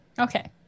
okay